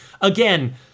Again